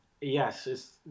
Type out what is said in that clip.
yes